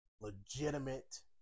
legitimate